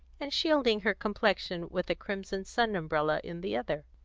and shielding her complexion with a crimson sun-umbrella in the other.